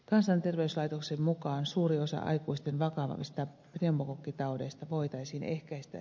kansanterveyslaitoksen mukaan suuri osa aikuisten vakavammista pneumokokkitaudeista voitaisiin ehkäistä